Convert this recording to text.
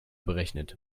berechnet